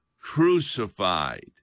crucified